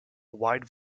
wide